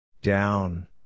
Down